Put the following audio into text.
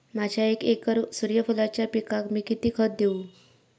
माझ्या एक एकर सूर्यफुलाच्या पिकाक मी किती खत देवू?